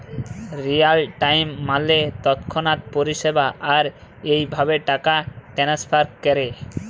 Real time মালে তৎক্ষণাৎ পরিষেবা, আর ইভাবে টাকা টেনেসফার ক্যরে